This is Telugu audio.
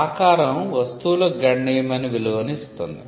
ఆకారం వస్తువులకు గణనీయమైన విలువను ఇస్తుంది